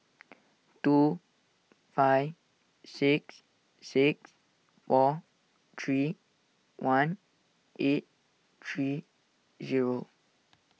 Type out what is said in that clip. two five six six four three one eight three zero